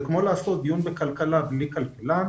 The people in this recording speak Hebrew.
זה כמו לעשות דיון בכלכלה בלי כלכלן,